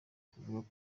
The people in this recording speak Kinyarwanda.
kuvuga